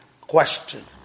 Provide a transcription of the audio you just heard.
Question